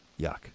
yuck